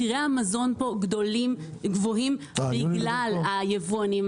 מחירי המזון פה גבוהים בגלל היבואנים